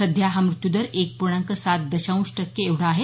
सध्या हा मृत्यूदर एक पूर्णांक सात दशांश टक्के एवढा आहे